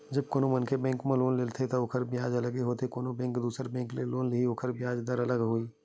जब कोनो मनखे बेंक म जाके लोन लेथे त ओखर बियाज दर अलगे होथे कोनो बेंक ह दुसर बेंक ले लोन लिही त ओखर बियाज दर अलगे होही